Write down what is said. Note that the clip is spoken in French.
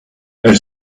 elle